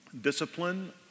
Discipline